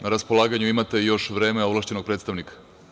Na raspolaganju imate još vreme ovlašćenog predstavnika.